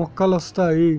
మొక్కలొస్తాయి